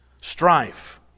Strife